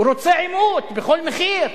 הוא רוצה עימות בכל מחיר,